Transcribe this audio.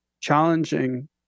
challenging